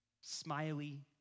smiley